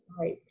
right